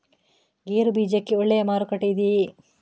ಗೇರು ಬೀಜಕ್ಕೆ ಒಳ್ಳೆಯ ಮಾರುಕಟ್ಟೆ ಇದೆಯೇ?